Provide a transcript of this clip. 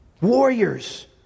warriors